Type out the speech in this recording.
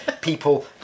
people